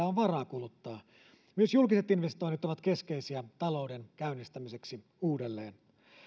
on varaa kuluttaa myös julkiset investoinnit ovat keskeisiä talouden käynnistämiseksi uudelleen